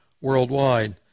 worldwide